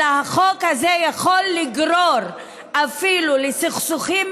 אלא החוק הזה יכול לגרור אפילו ליותר סכסוכים,